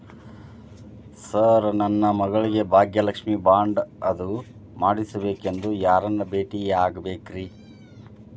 Sir ನನ್ನ ಮಗಳಿಗೆ Bhagyalakshmi bond ಅದು ಮಾಡಿಸಬೇಕೆಂದು ಯಾರನ್ನ ಭೇಟಿಯಾಗಬೇಕ್ರಿ?